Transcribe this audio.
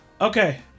okay